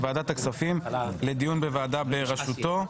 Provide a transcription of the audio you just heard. מוועדת הכספים לדיון בוועדה שבראשותו.